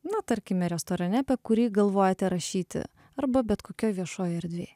na tarkime restorane apie kurį galvojate rašyti arba bet kokioj viešoj erdvėj